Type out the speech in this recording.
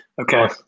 Okay